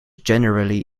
generally